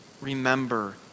remember